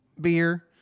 beer